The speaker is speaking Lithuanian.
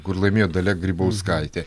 kur laimėjo dalia grybauskaitė